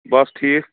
بَس ٹھیٖک